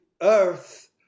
earth